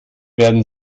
werden